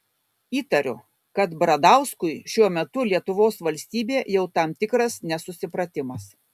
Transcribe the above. įtariu kad bradauskui šiuo metu lietuvos valstybė jau tam tikras nesusipratimas